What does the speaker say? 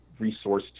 resourced